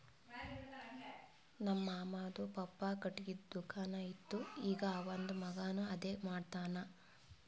ನಮ್ ಮಾಮಾದು ಪಪ್ಪಾ ಖಟ್ಗಿದು ದುಕಾನ್ ಇತ್ತು ಈಗ್ ಅವಂದ್ ಮಗಾನು ಅದೇ ಮಾಡ್ತಾನ್